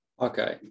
Okay